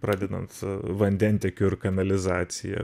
pradedant vandentiekiu ir kanalizacija